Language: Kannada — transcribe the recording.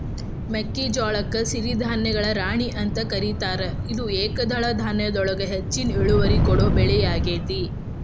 ಮೆಕ್ಕಿಜೋಳಕ್ಕ ಸಿರಿಧಾನ್ಯಗಳ ರಾಣಿ ಅಂತ ಕರೇತಾರ, ಇದು ಏಕದಳ ಧಾನ್ಯದೊಳಗ ಹೆಚ್ಚಿನ ಇಳುವರಿ ಕೊಡೋ ಬೆಳಿಯಾಗೇತಿ